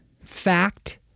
fact